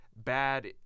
bad